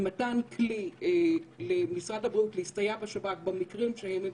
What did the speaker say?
עם מתן כלי למשרד הבריאות להסתייע בשב"כ במקרים שהם מבקשים,